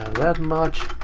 that much.